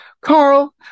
Carl